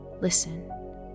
Listen